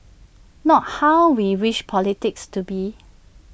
not how we wish politics to be